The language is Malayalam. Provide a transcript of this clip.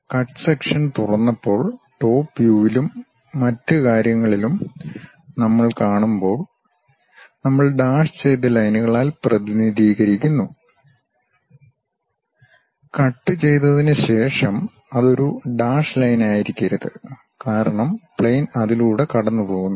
കട്ട് സെക്ഷൻ തുറന്നപ്പോൾ ടോപ് വ്യുവിലും മറ്റ് കാര്യങ്ങളിലും നമ്മൾ കാണുമ്പോൾ നമ്മൾ ഡാഷ് ചെയ്ത ലൈൻകളാൽ പ്രതിനിധീകരിക്കുന്നു കട്ട് ചെയ്തതിന് ശേഷം അത് ഒരു ഡാഷ് ലൈനായിരിക്കരുത് കാരണം പ്ലെയിൻ അതിലൂടെ കടന്നുപോകുന്നു